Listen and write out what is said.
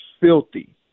filthy